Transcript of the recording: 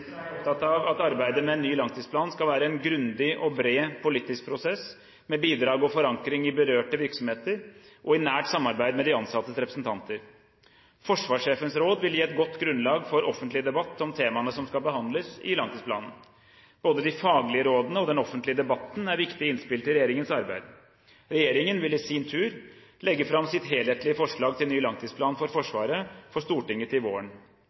er jeg opptatt av at arbeidet med ny langtidsplan skal være en grundig og bred politisk prosess, med bidrag og forankring i berørte virksomheter og i nært samarbeid med de ansattes representanter. Forsvarssjefens råd vil gi et godt grunnlag for offentlig debatt om temaene som skal behandles i langtidsplanen. Både de faglige rådene og den offentlige debatten er viktige innspill til regjeringens arbeid. Regjeringen vil i sin tur legge fram sitt helhetlige forslag til ny langtidsplan for Forsvaret for Stortinget til våren.